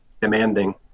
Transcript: demanding